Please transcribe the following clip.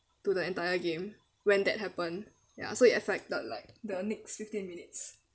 to the entire game when that happen ya so it affected like the next fifteen minutes